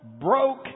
broke